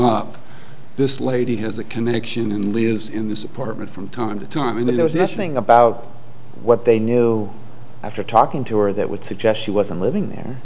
up this lady has a connection and lives in this apartment from time to time and they know this thing about what they knew after talking to her that would suggest she wasn't living there